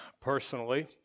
personally